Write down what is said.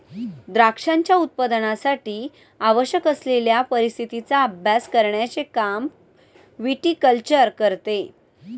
द्राक्षांच्या उत्पादनासाठी आवश्यक असलेल्या परिस्थितीचा अभ्यास करण्याचे काम विटीकल्चर करते